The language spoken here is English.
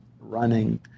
running